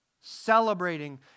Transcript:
celebrating